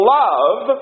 love